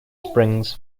springs